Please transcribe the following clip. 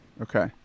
Okay